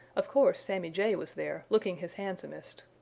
of course sammy jay was there, looking his handsomest.